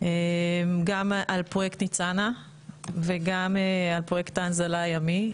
על פרויקט ניצנה וגם על פרויקט ההנזלה הימי,